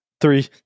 three